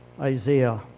Isaiah